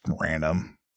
random